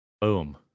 Boom